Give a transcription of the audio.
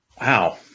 Wow